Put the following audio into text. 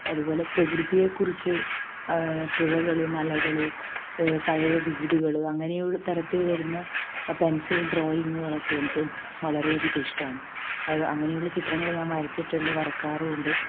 അതുപോലെ പ്രകൃതിയെക്കുറിച്ച് പുഴകൾ മലകൾ പഴയ വീടുകൾ അങ്ങനെയുള്ള തരത്തിൽ വരുന്ന പെൻസിൽ ഡ്രോയിങ്ങുകളൊക്കെ എനിക്ക് വളരെയധികം ഇഷ്ടമാണ് അത് അങ്ങനെയുള്ള ചിത്രങ്ങൾ ഞാൻ വരച്ചിട്ടുണ്ട് വരയ്ക്കാറുമുണ്ട്